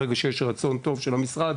ברגע שיש רצון טוב של המשרד,